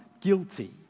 guilty